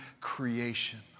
creation